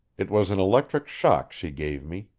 it was an electric shock she gave me,